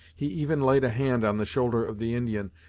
he even laid a hand on the shoulder of the indian,